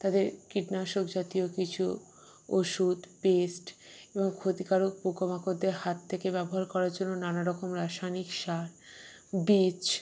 তাদের কীটনাশক জাতীয় কিছু ওষুধ পেস্ট এবং ক্ষতিকারক পোকা মাকড়দের হাত থেকে ব্যবহার করার জন্য নানা রকম রাসায়নিক সার বীজ